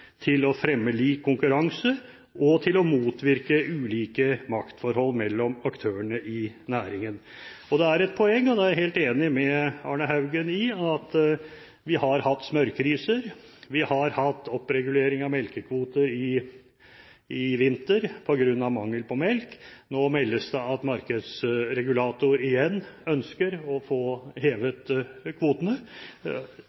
til å fremme lik konkurranse og motvirke ulike maktforhold mellom aktørene i næringen. Det er et poeng – og det er jeg helt enig med Arne L. Haugen i – at vi har hatt smørkriser, vi har hatt oppregulering av melkekvoter i vinter på grunn av mangel på melk. Nå meldes det at markedsregulator igjen ønsker å få